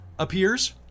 appears